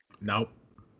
Nope